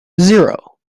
zero